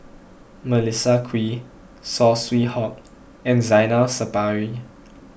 Melissa Kwee Saw Swee Hock and Zainal Sapari